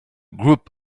group